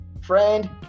Friend